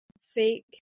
fake